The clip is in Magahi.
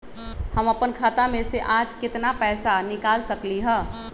हम अपन खाता में से आज केतना पैसा निकाल सकलि ह?